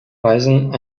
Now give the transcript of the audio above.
weisen